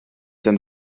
denn